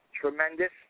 tremendous